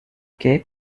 quai